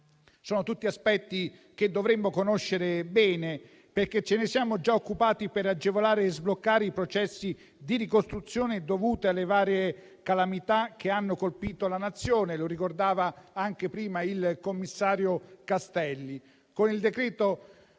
Sono tutti aspetti che dovremmo conoscere bene, perché ce ne siamo già occupati per agevolare e sbloccare i processi di ricostruzione dovuti alle varie calamità che hanno colpito la Nazione, e lo ricordava prima il commissario Castelli. Con il decreto